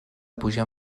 pujar